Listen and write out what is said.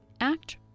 act